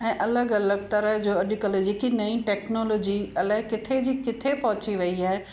ऐं अलॻि अलॻि तरह जो अॼकल्ह जेकी नईं टेक्नोलॉजी अलाए किथे जी किथे पहुंची वयी आहे